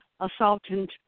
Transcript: assaultant